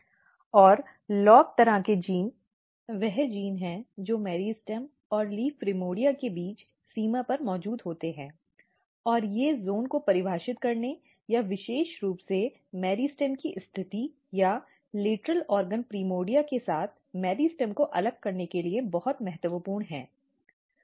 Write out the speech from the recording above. और LOB तरह के जीन वे जीन हैं जो मेरिस्टेम और लीफ प्रिमोर्डिया के बीच सीमा पर मौजूद होते हैं और वे ज़ोन को परिभाषित करने या विशेष रूप से मेरिस्टेम की स्थिति या लेटरल अंग प्राइमोर्डिया के साथ मेरिस्टेम को अलग करने के लिए बहुत महत्वपूर्ण हैं